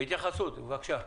התייחסות, בבקשה.